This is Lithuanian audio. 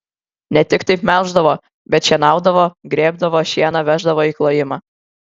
ne tik taip melždavo bet šienaudavo grėbdavo šieną veždavo į klojimą